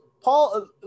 Paul